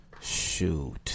Shoot